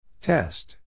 Test